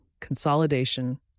consolidation